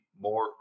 more